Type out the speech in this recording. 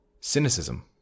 cynicism